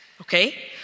okay